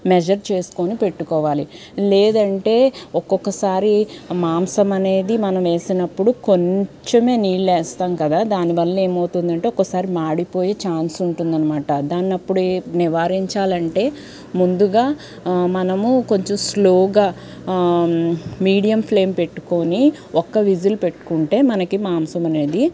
measure చేసుకొని పెట్టుకోవాలి లేదంటే ఒక్కొక్కసారి మాంసం అనేది మనం వేసినప్పుడు కొంచెమే నీళ్ళు వేస్తాం కదా దాని వల్ల ఏమవుతుంది అంటే ఒకసారి మాడిపోయి ఛాన్స్ ఉంటుందన్నమాట దాన్ని అప్పుడు నివారించాలంటే ముందుగా మనము కొంచెం స్లోగా మీడియం ఫ్లేమ్ పెట్టుకొని ఒక్క విజిల్ పెట్టుకుంటే మనకి మాంసం అనేది